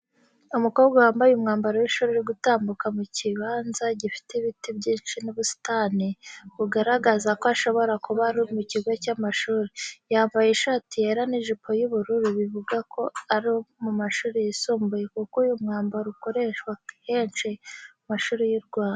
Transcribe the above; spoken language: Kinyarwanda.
Umukobwa wambaye umwambaro w’ishuri uri gutambuka mu kibanza gifite ibiti byinshi n'ubusitani, bugaragaza ko ashobora kuba ari mu kigo cy'amashuri. Yambaye ishati yera n’ijipo y’ubururu bivuga ko ari mu mashuri yisumbuye kuko uyu mwambaro ukoreshwa henshi mu mashuri y’u Rwanda.